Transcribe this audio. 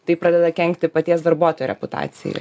tai pradeda kenkti paties darbuotojo reputacijai